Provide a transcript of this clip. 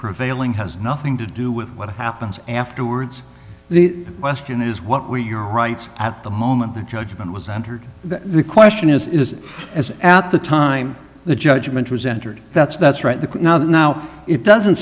prevailing has nothing to do with what happens afterwards the question is what were your rights at the moment the judgment was entered the question is as at the time the judgment was entered that's that's right the now the now it doesn't